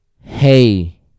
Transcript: Hey